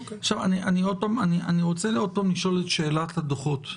אני רוצה לשאול את שאלת הדוחות.